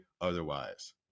otherwise